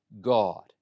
God